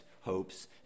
hopes